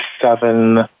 seven